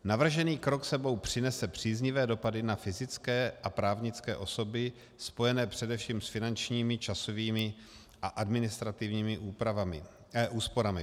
Navržený krok s sebou přinese příznivé dopady na fyzické a právnické osoby, spojené především s finančními, časovými a administrativními úsporami.